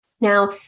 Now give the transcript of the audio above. Now